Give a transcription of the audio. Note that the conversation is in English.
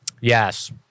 Yes